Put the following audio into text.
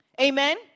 Amen